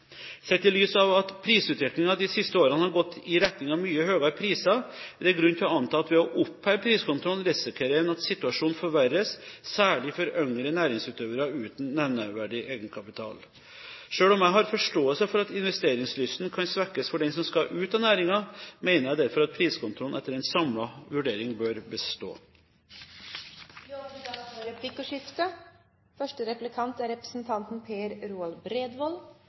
Sett i lys av at prisutviklingen de siste årene har gått i retning av mye høyere priser, er det grunn til å anta at en ved å oppheve priskontrollen risikerer at situasjonen forverres, særlig for yngre næringsutøvere uten nevneverdig egenkapital. Selv om jeg har forståelse for at investeringslysten kan svekkes for den som skal ut av næringen, mener jeg derfor at priskontrollen etter en samlet vurdering bør bestå. Det åpnes for replikkordskifte.